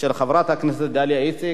של חברת הכנסת דליה איציק.